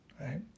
right